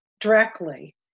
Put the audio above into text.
directly